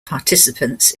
participants